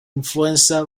influenza